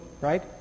right